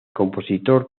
compositor